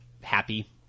Happy